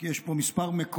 כי יש פה כמה מקורות,